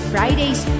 Fridays